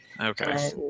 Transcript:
Okay